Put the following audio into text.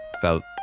felt